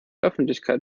öffentlichkeit